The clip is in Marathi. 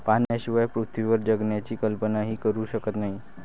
पाण्याशिवाय पृथ्वीवर जगण्याची कल्पनाही करू शकत नाही